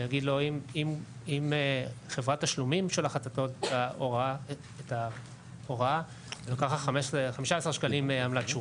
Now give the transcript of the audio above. להגיד לו אם חברת תשלומים שולחת את ההוראה לוקחת 15 שקלים עמלת שורה.